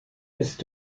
ist